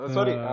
Sorry